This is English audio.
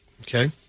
Okay